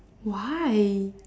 why